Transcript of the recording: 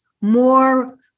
more